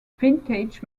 vintage